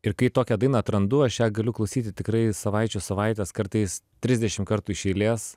ir kai tokią dainą atrandu aš ją galiu klausyti tikrai savaičių savaites kartais trisdešim kartų iš eilės